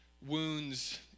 Wounds